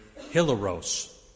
hilaros